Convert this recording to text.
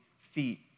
feet